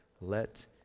let